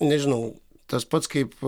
nežinau tas pats kaip